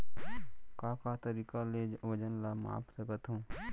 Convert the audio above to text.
का का तरीक़ा ले वजन ला माप सकथो?